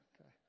Okay